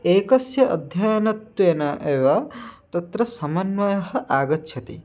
एकस्य अध्ययनेन एव तत्र समन्वयः आगच्छति